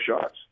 shots